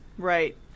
right